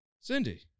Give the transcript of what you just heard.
Cindy